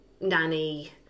nanny